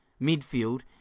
midfield